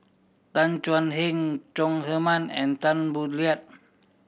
Tan Thuan Heng Chong Heman and Tan Boo Liat